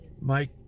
Mike